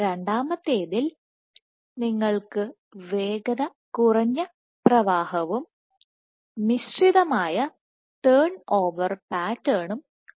രണ്ടാമത്തേതിൽ നിങ്ങൾക്ക് വേഗത കുറഞ്ഞ പ്രവാഹവും മിശ്രിതമായ ടേൺ ഓവർ പാറ്റേണും ഉണ്ട്